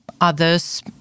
others